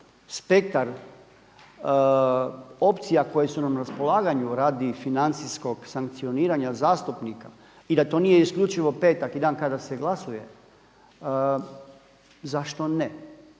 spektar opcija koje su nam na raspolaganju radi financijskog sankcioniranja zastupnika i da to nije isključivo petak i dan kada se glasuje, zašto ne.